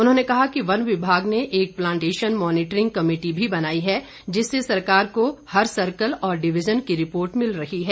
उन्होंने कहा कि वन विभाग ने एक प्लांटेशन मॉनिटरिंग कमेटी भी बनाई है जिससे सरकार को प्रत्येक सर्किल और डिविजन की रिपोर्ट मिल रही है